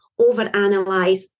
overanalyze